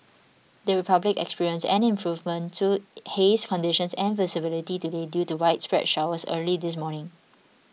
the Republic experienced an improvement to haze conditions and visibility today due to widespread showers early this morning